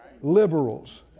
liberals